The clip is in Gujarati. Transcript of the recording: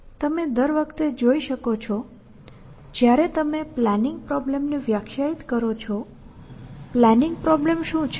તમે દર વખતે જોઈ શકો છો જયારે તમે પ્લાનિંગ પ્રોબ્લેમને વ્યાખ્યાયિત કરો છો પ્લાનિંગ પ્રોબ્લેમ શું છે